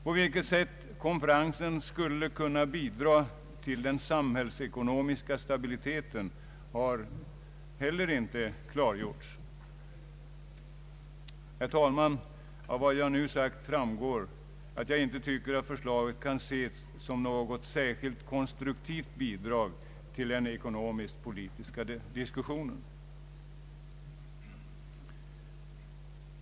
På vilket sätt konferensen skulle kunna bidra till den samhällsekonomiska stabiliteten har heller inte klargjorts. Herr talman, av vad jag har sagt framgår att jag inte tycker att förslaget kan ses som något särskilt konstruktivt bidrag i den ekonomisk-politiska diskussionen.